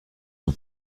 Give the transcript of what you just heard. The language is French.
son